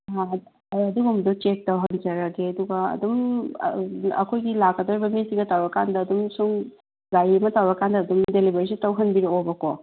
ꯑꯗꯨꯒꯨꯝꯕꯗꯣ ꯆꯦꯛ ꯇꯧꯍꯟꯖꯔꯒꯦ ꯑꯗꯨꯒ ꯑꯗꯨꯝ ꯑꯩꯈꯣꯏꯒꯤ ꯂꯥꯛꯀꯥꯗꯧꯔꯤꯕ ꯃꯤꯁꯤꯡꯒ ꯇꯧꯔꯒ ꯑꯗꯨꯝ ꯒꯥꯔꯤ ꯑꯃ ꯇꯧꯔꯒ ꯑꯗꯨꯝ ꯗꯦꯂꯤꯚꯔꯤꯁꯦ ꯇꯧꯍꯟꯕꯤꯔꯛꯑꯣꯕꯀꯣ